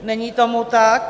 Není tomu tak.